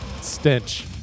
stench